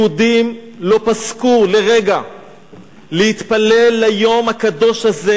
יהודים לא פסקו לרגע להתפלל ליום הקדוש הזה